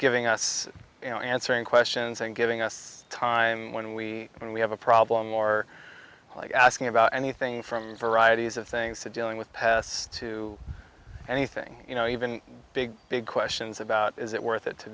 giving us you know answering questions and giving us time when we when we have a problem or like asking about anything from varieties of things to dealing with past to anything you know even big big questions about is it worth it to